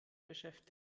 beschäftigt